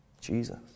Jesus